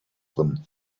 them